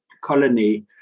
colony